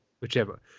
whichever